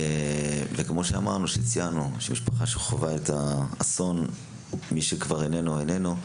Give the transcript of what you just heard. כמו שאמרנו, מי שכבר איננו איננו.